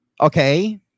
Okay